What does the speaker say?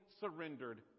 surrendered